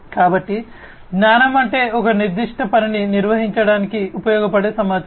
కాబట్టి జ్ఞానం అంటే ఒక నిర్దిష్ట పనిని నిర్వహించడానికి ఉపయోగపడే సమాచారం